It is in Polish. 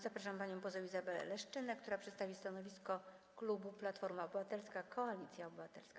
Zapraszam panią poseł Izabelę Leszczynę, która przedstawi stanowisko klubu Platforma Obywatelska - Koalicja Obywatelska.